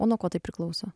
o nuo ko tai priklauso